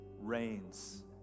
reigns